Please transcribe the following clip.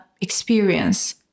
experience